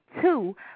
two